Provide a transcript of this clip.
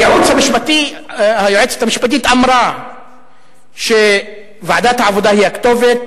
היועצת המשפטית אמרה שוועדת העבודה היא הכתובת.